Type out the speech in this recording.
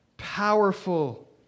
powerful